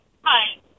Hi